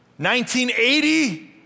1980